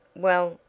well,